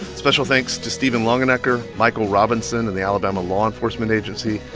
special thanks to stephen longenecker, michael robinson and the alabama law enforcement agency,